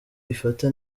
ifata